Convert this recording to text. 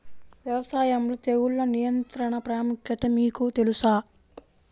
వ్యవసాయంలో తెగుళ్ల నియంత్రణ ప్రాముఖ్యత మీకు తెలుసా?